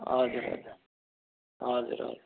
हजुर हजुर हजुर हो